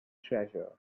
treasure